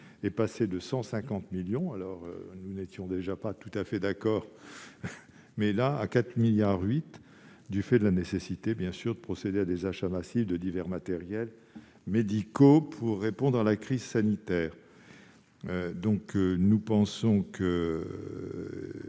est passé de 150 millions d'euros- nous n'étions déjà pas tout à fait d'accord -à 4,8 milliards d'euros, du fait de la nécessité de procéder à des achats massifs de divers matériels médicaux pour répondre à la crise sanitaire. Cela confirme